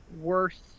worse